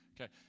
okay